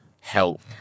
Help